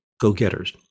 go-getters